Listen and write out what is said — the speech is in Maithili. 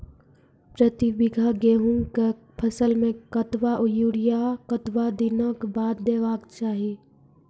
प्रति बीघा गेहूँमक फसल मे कतबा यूरिया कतवा दिनऽक बाद देवाक चाही?